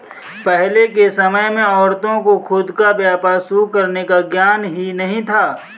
पहले के समय में औरतों को खुद का व्यापार शुरू करने का ज्ञान ही नहीं था